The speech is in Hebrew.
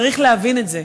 צריך להבין את זה.